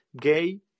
gay